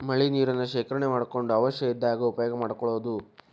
ಮಳಿ ನೇರನ್ನ ಶೇಕರಣೆ ಮಾಡಕೊಂಡ ಅವಶ್ಯ ಇದ್ದಾಗ ಉಪಯೋಗಾ ಮಾಡ್ಕೊಳುದು